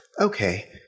Okay